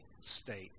state